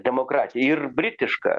demokratija ir britiška